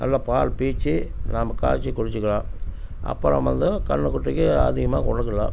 நல்லா பால் பீய்ச்சி நம்ம காய்ச்சி குடித்துக்கலாம் அப்புறம் வந்து கன்றுக்குட்டிக்கி அதிகமாக கொடுக்கலாம்